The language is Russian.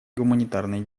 гуманитарной